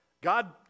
God